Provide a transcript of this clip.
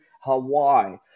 Hawaii